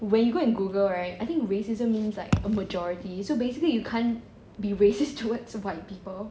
when you go and google right I think racism means like a majority so basically you can't be racist towards white people